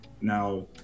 now